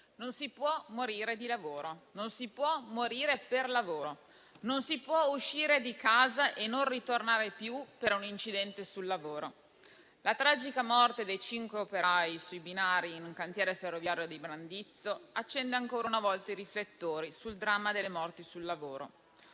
non si può morire di lavoro, non si può morire per lavoro, non si può uscire di casa e non tornare più per un incidente sul lavoro. La tragica morte dei cinque operai sui binari in un cantiere ferroviario di Brandizzo accende ancora una volta i riflettori sul dramma delle morti sul lavoro.